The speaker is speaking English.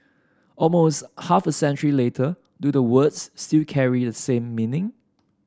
almost half a century later do the words still carry the same meaning